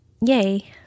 Yay